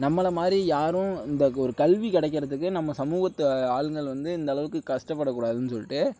நம்மளை மாதிரி யாரும் இந்த ஒரு கல்வி கிடைக்குறதுக்கு நம்ம சமூகத்து ஆளுங்கள் வந்து இந்தளவுக்கு கஷ்டப்படக் கூடாதுனு சொல்லிட்டு